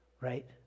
right